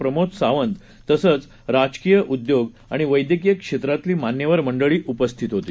प्रमोदसावंत तसंचराजकीय उद्योगआणिवैद्यकीयक्षेत्रातलीमान्यवरमंडळीउपस्थितहोती